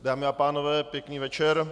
Dámy a pánové, pěkný večer.